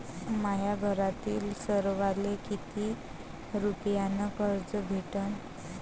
माह्या घरातील सर्वाले किती रुप्यान कर्ज भेटन?